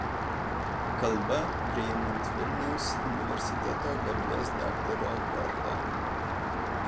kalba priimant vilniaus universiteto garbės daktaro vardą